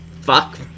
fuck